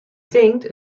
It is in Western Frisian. tinkt